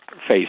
face